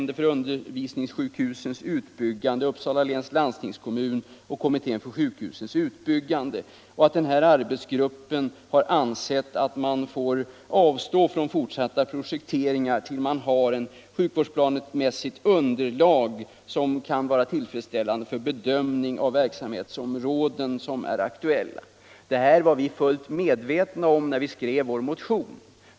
Det sägs också att arbetsgruppen har ansett att den fortsatta projekteringen bör bero till dess att ett sjukvårdsplanemässigt underlag för bedömning av de aktuella verksamhetsområdena föreligger. Detta var vi fullt medvetna om när vi skrev vår motion.